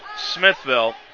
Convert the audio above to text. Smithville